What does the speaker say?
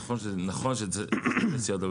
נכון,